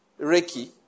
Reiki